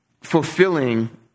fulfilling